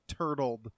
turtled